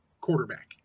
quarterback